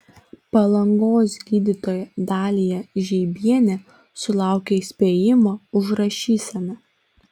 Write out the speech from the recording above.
palangos gydytoja dalija žeibienė sulaukė įspėjimo už rašyseną